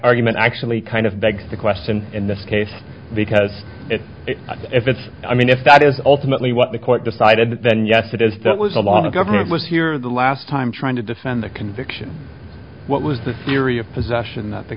argument actually kind of begs the question in this case because if it's i mean if that is ultimately what the court decided then yes it is that was a lot of government was here the last time trying to defend the conviction what was this theory of possession that the